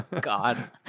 god